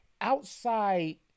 outside